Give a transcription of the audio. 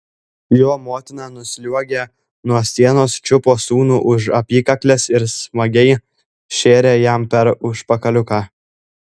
jo motina nusliuogė nuo sienos čiupo sūnų už apykaklės ir smagiai šėrė jam per užpakaliuką